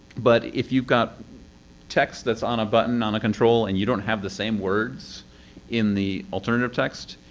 but if you've got text that's on a button on a control and you don't have the same words in the alternative text,